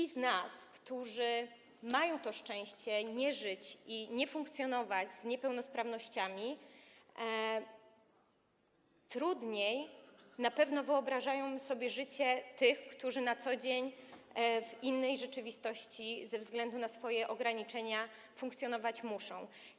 Tym z nas, którzy mają to szczęście nie żyć i nie funkcjonować z niepełnosprawnościami, trudniej na pewno wyobrazić sobie życie tych, którzy na co dzień w innej rzeczywistości ze względu na swoje ograniczenia funkcjonować muszą.